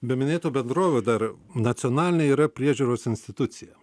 be minėtų bendrovių dar nacionalinė yra priežiūros institucija